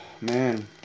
man